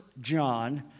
John